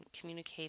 communicate